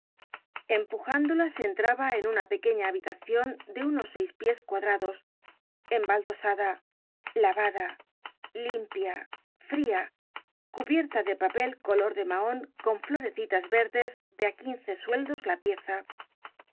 empujándola se entraba en una pequeña habitacion de unos seis pies cuadrados embaldosada lavada limpia fria cubierta de papel color de mahon con florecitas verdes de á quince sueldos la pieza